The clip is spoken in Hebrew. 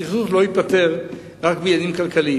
הסכסוך לא ייפתר רק בעניינים כלכליים.